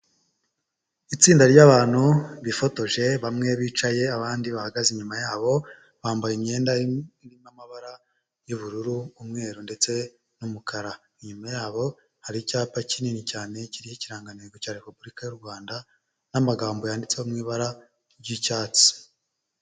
Itsinda ry'abantu bifotoje bamwe bicaye abandi bahagaze inyuma yabo, bambaye imyenda irimo amabara y'ubururu umweru ndetse n'umukara. Inyuma yabo hari icyapa kinini cyane, kiriho ikiranganteko cya Repubulika y'u Rwanda n'amagambo yanditseho mu ibara ry'icyatsi.